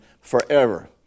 forever